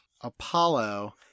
Apollo